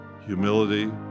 Humility